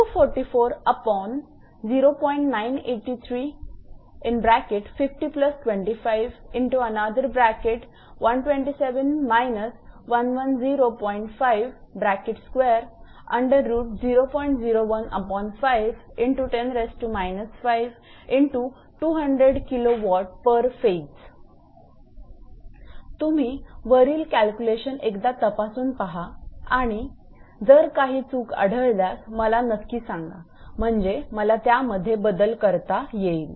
तुम्ही वरील कॅल्क्युलेशन एकदा तपासून पहा आणि जर काही चूक आढळल्यास मला नक्की सांगा म्हणजे मला त्यामध्ये बदल करता येईल